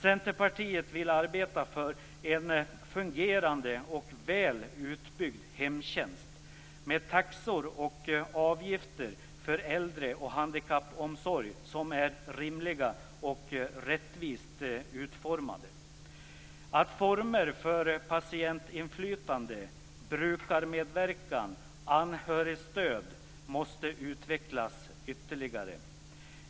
Centerpartiet vill arbeta för en fungerande och väl utbyggd hemtjänst med taxor och avgifter för äldreoch handikappomsorg som är rimliga och rättvist utformade. Former för patientinflytande, brukarmedverkan och anhörigstöd måste utvecklas ytterligare.